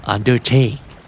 Undertake